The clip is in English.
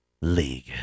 League